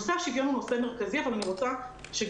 נושא השוויון הוא נושא מרכזי אבל אני רוצה שנחשוב